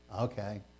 Okay